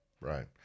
Right